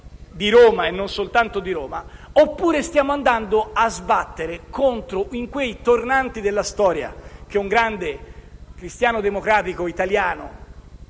di Roma, e non soltanto di Roma; oppure stiamo andando a sbattere in quei tornanti della storia che un grande cristiano democratico italiano